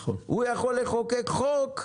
הוא יכול לחוקק חוק,